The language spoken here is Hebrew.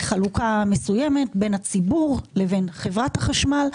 בחלוקה מסוימת בין הציבור לבין חברת החשמל.